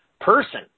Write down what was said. person